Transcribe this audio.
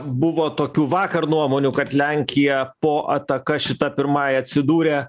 buvo tokių vakar nuomonių kad lenkija po ataka šita pirmąja atsidūrė